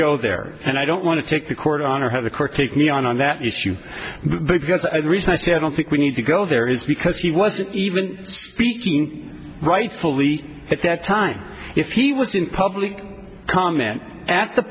go there and i don't want to take the court on or have the core take me on on that issue because i don't think we need to go there is because he wasn't even speaking rightfully at that time if he was in public comment at the